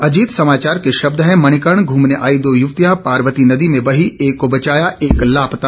अजीत समाचार के शब्द हैं मणिकर्ण घुमने आई दो युवतियां पार्वती नदी में बही एक को बचाया एक लापता